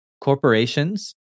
corporations